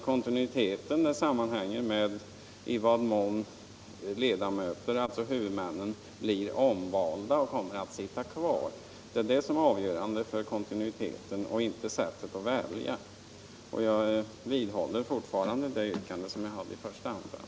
Kontinuiteten sammanhänger med i vad mån ledamöterna, alltså huvudmännen, blir omvalda och kommer att sitta kvar. Det är detta som är avgörande för kontinuiteten och inte sättet att välja dem. Jag vidhåller fortfarande yrkandet i mitt första anförande.